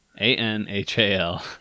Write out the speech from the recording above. A-N-H-A-L